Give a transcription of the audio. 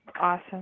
Awesome